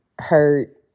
hurt